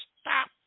stop